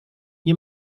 nie